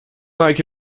like